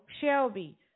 Shelby